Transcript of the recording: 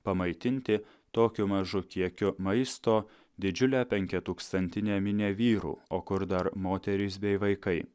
pamaitinti tokiu mažu kiekiu maisto didžiulė penkiatūkstantinė minia vyrų o kur dar moterys bei vaikai